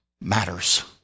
matters